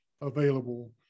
available